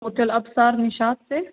hotel Absar Nishat سے